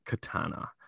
katana